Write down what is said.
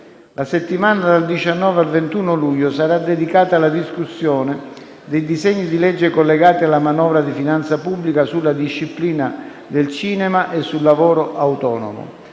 La settimana dal 19 al 21 luglio sarà dedicata alla discussione di disegni di legge collegati alla manovra di finanza pubblica sulla disciplina del cinema e sul lavoro autonomo;